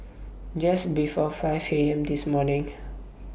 Just before five A M This morning